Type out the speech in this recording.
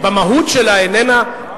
מוותרים על יום שישי.